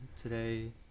today